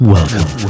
Welcome